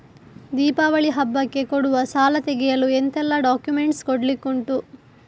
ದೀಪಾವಳಿ ಹಬ್ಬಕ್ಕೆ ಕೊಡುವ ಸಾಲ ತೆಗೆಯಲು ಎಂತೆಲ್ಲಾ ಡಾಕ್ಯುಮೆಂಟ್ಸ್ ಕೊಡ್ಲಿಕುಂಟು?